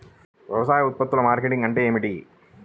వ్యవసాయ ఉత్పత్తుల మార్కెటింగ్ అంటే ఏమిటి?